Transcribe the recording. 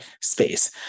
space